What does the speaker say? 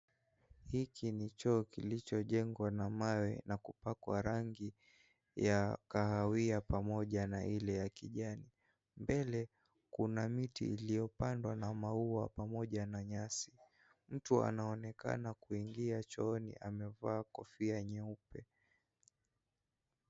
Hiki ni choo kilichojengwa na mawe na kupakwa rangi ya kahawia pamoja na ile ya kijani. Mbele kuna miti iliyopandwa pamoja na nyasi. Mtu anaonekana kuingia chooni amevaa kofia nyeupe.